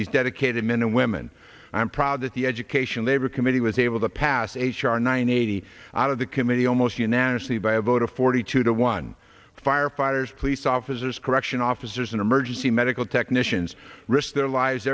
these dedicated men and women i'm proud that the education labor committee was able to pass h r nine eighty out of the committee almost unanimously by a vote of forty two to one firefighters police officers correction officers and emergency medical technicians risked their lives